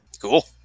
Cool